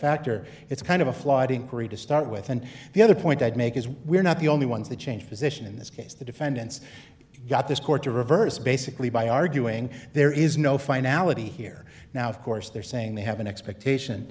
factor it's kind of a flawed inquiry to start with and the other point i'd make is we're not the only ones that change position in this case the defendants got this court to reverse basically by arguing there is no finality here now of course they're saying they have an expectation